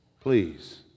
please